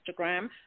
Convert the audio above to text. Instagram